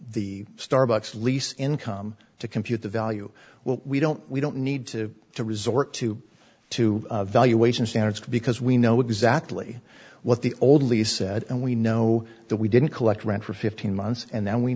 the starbucks lease income to compute the value well we don't we don't need to to resort to to valuation standards because we know exactly what the old lee said and we know that we didn't collect rent for fifteen months and then we